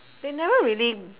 they never really